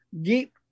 deep